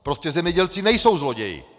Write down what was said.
Prostě zemědělci nejsou zloději.